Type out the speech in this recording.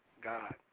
God